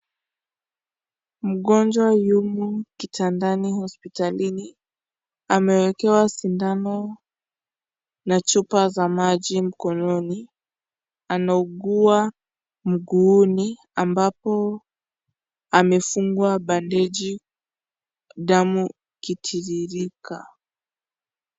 Mgonjwa yumo kitandani hospitalini amewekewa sindano na chupa za maji mkononi ,anaugua mguuni ambapo amefungwa bandeji damu ikitiririka.